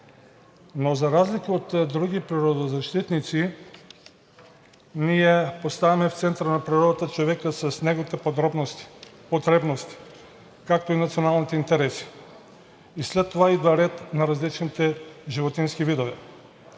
Но за разлика от други природозащитници, ние поставяме в центъра на природата човека с неговите потребности, както и националните интереси, и след това идва ред на различните животински видове.